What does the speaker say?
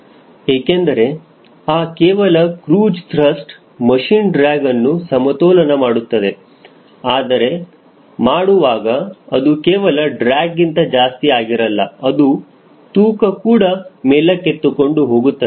ಏಕೆಂದರೆ ಆ ಕೇವಲ ಕ್ರೂಜ್ ತ್ರಸ್ಟ್ ಮಷೀನ್ ಡ್ರ್ಯಾಗ್ಅನ್ನು ಸಮತೋಲನ ಮಾಡುತ್ತದೆ ಆದರೆ ಮಾಡುವಾಗ ಅದು ಕೇವಲ ಡ್ರ್ಯಾಗ್ಗಿಂತ ಜಾಸ್ತಿ ಆಗಿರಲ್ಲ ಅದು ತೂಕ ಕೂಡ ಮೇಲಕ್ಕೆತ್ತಿಕೊಂಡು ಹೋಗುತ್ತದೆ